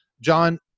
John